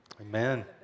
Amen